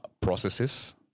processes